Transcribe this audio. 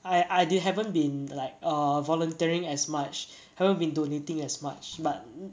I I didn~ haven't been like err volunteering as much haven't been donating as much but